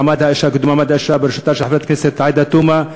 מעמד האישה בראשותה של חברת הכנסת עאידה תומא.